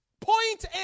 Point